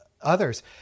others